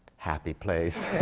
happy place!